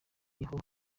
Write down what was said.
niho